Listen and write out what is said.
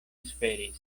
esperis